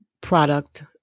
product